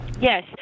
Yes